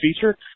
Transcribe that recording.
feature